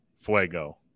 Fuego